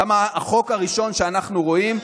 למה החוק הראשון שאנחנו רואים,